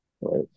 Right